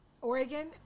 Oregon